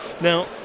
Now